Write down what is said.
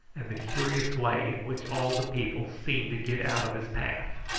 and the curious way in which all the people seemed to get out of his path.